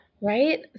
Right